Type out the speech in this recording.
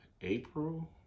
April